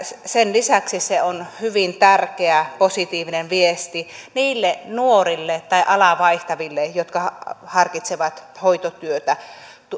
sen lisäksi se on hyvin tärkeä positiivinen viesti niille nuorille tai alaa vaihtaville jotka harkitsevat hoitotyötä